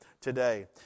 Today